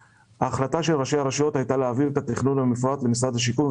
ההחלטה של ראשי הרשויות הייתה להעביר את התכנון המפורט למשרד השיכון,